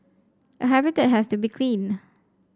a habitat has to be clean